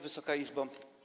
Wysoka Izbo!